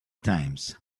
times